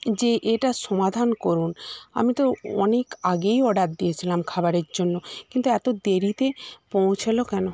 যে এটা সমাধান করুন আমি তো অনেক আগেই অর্ডার দিয়েছিলাম খাবারের জন্য কিন্তু এতো দেরিতে পৌঁছালো কেন